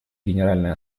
генеральной